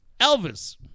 Elvis